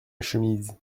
chemise